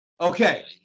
Okay